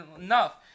enough